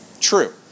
true